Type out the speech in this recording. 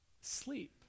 sleep